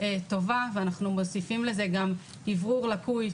טובה ואנחנו מוסיפים לזה גם אוורור לקוי,